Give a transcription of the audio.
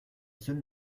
seule